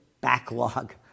backlog